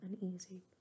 uneasy